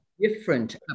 different